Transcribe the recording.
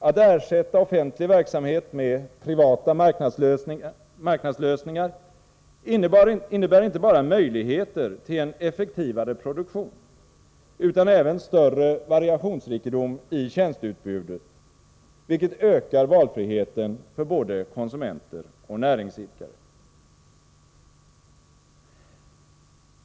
Att ersätta offentlig verksamhet med privata marknadslösningar innebär inte bara möjligheter till en effektivare produktion utan även till större variationsrikedom i tjänsteutbudet, vilket ökar valfriheten för både konsumenter och näringsidkare.